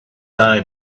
thought